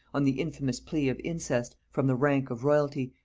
on the infamous plea of incest, from the rank of royalty,